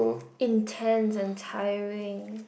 intense and tiring